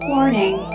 Warning